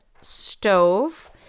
stove